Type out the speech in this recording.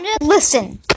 Listen